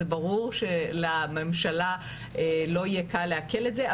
זה ברור שלממשלה לא יהיה קל לעכל את זה,